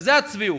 וזו הצביעות.